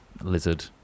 Lizard